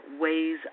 ways